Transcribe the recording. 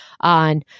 on